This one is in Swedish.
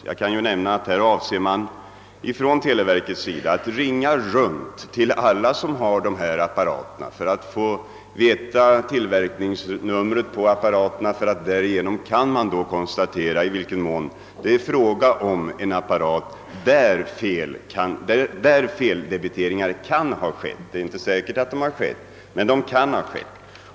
Jag kan nämna att man på verket har för avsikt att ringa runt till alla abonnenter med sådana apparater för att genom tillverkningsnumren uppspåra sådana apparater vid vilka risk för feldebitering kan föreligga. Det är nämligen inte säkert att feldebitering föreligger.